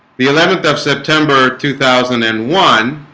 the eleventh of september two thousand and one